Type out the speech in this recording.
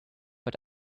but